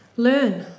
learn